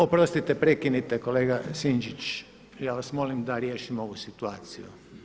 Oprostite prekinite kolega Sinčić, ja vas molim da riješimo ovu situaciju.